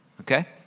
okay